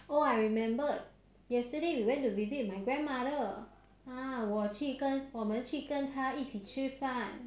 oh I remembered yesterday we went to visit my grandmother 啊我去跟我们去跟她一起吃饭